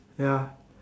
ya